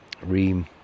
Reem